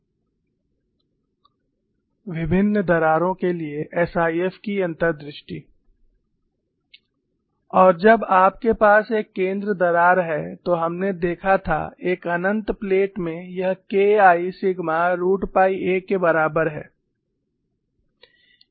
Insights of SIF for various cracks विभिन्न दरारें के लिए एसआईएफ की अंतर्दृष्टि और जब आपके पास एक केंद्र दरार है तो हमने देखा था एक अनंत प्लेट में यह KI sigma root pi a के बराबर है